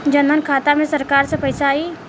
जनधन खाता मे सरकार से पैसा आई?